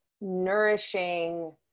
nourishing